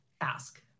ask